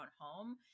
home